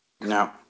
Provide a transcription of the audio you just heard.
No